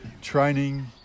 training